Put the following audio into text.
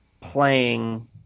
playing